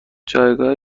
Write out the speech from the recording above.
جایگاه